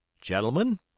Gentlemen